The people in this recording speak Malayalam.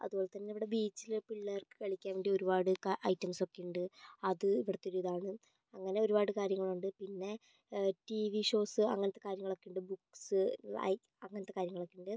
അതുപോലെ തന്നെ ഇവിടെ ബീച്ചിലെ പിള്ളേർക്ക് കളിക്കാൻ വേണ്ടി ഒരുപാട് ഐറ്റംസൊക്കെ ഉണ്ട് അത് ഇവിടുത്തൊരു ഇതാണ് അങ്ങനെ ഒരുപാട് കാര്യങ്ങളുണ്ട് പിന്നെ ടീവി ഷോസ് അങ്ങനത്തെ കാര്യങ്ങളൊക്കെ ഉണ്ട് ബുക്ക്സ് വയ് അങ്ങനത്തെ കാര്യങ്ങളൊക്കെയുണ്ട്